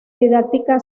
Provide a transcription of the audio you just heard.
didáctica